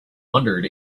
wondered